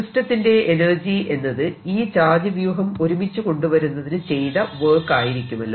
സിസ്റ്റത്തിന്റെ എനർജി എന്നത് ഈ ചാർജ് വ്യൂഹം ഒരുമിച്ചു കൊണ്ടുവരുന്നതിന് ചെയ്ത വർക്ക് ആയിരിക്കുമല്ലോ